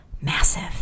massive